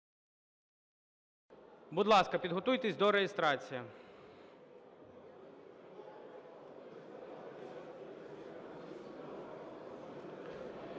Будь ласка, підготуйтесь до реєстрації.